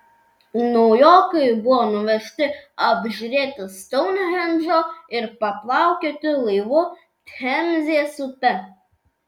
naujokai buvo nuvežti apžiūrėti stounhendžo ir paplaukioti laivu temzės upe